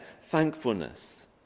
thankfulness